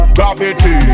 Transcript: Gravity